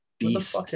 beast